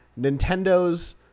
Nintendo's